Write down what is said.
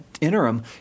interim